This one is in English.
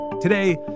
Today